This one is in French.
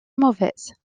mauvaises